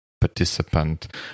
participant